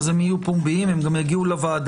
אז הם יהיו פומביים והם גם יגיעו לוועדה.